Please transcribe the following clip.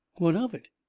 what of it?